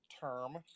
term